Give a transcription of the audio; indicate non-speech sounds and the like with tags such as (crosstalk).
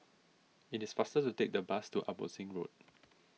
it is faster to take the bus to Abbotsingh Road (noise)